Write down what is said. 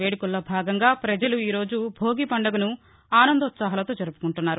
వేడుకల్లో భాగంగా ప్రజలు ఈరోజు భోగి పండుగను ఆనందోత్పాహాలతో జరుపుకుంటున్నారు